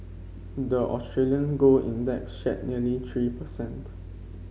the Australian gold index shed nearly three percent